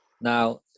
now